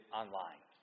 online